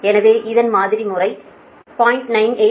எனவே இதன் மாதிரி முறை 0